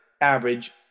average